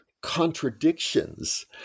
contradictions